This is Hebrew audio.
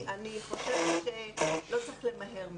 אני חושבת שלא צריך למהר מדי.